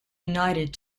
united